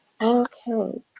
Okay